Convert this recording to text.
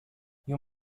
you